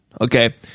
Okay